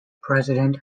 president